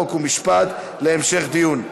חוק ומשפט להמשך דיון.